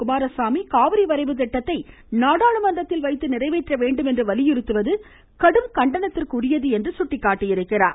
குமாரசாமி காவிரி வரைவு திட்டத்தை நாடாளுமன்றத்தில் வைத்து நிறைவேற்ற வேண்டும் என்று வலியுறுத்துவது கடும் கண்டனத்திற்குரியது என்றும் சுட்டிக்காட்டியிருக்கிறார்